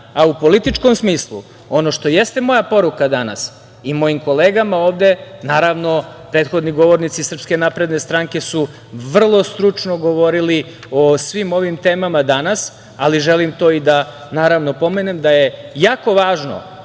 a u političkom smislu ono što jeste moja poruka danas i mojim kolegama ovde, naravno, prethodni govornici SNS su vrlo stručno govorili o svim ovim temama danas, ali želim to i da pomenem, da je jako važno